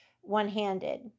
one-handed